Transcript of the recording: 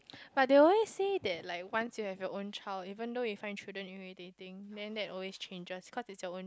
but they always said that like once you have your own child even though you find shouldn't you irritating then that always changes cause is your own